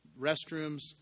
restrooms